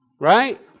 Right